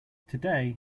today